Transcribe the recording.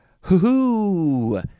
Hoo-hoo